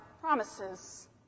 promises